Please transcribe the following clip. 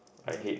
I hate